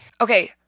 Okay